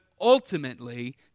ultimately